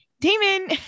Damon